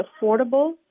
affordable